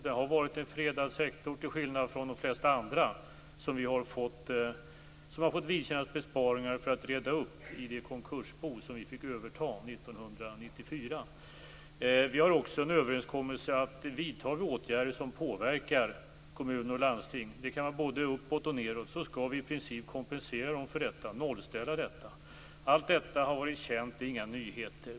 Den har varit en fredad sektor, till skillnad från de flesta andra sektorer, som har fått vidkännas besparingar för att reda upp det konkursbo som vi fick överta 1994. Vi har också en överenskommelse att vi när vi vidtar åtgärder som påverkar kommuner och landsting - de kan gå både uppåt och nedåt - i princip skall kompensera dem för detta, dvs. nollställa detta. Allt detta har varit känt.